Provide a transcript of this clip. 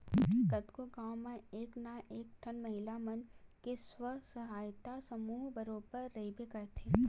कतको गाँव म एक ना एक ठन महिला मन के स्व सहायता समूह बरोबर रहिबे करथे